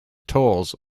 tolls